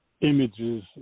images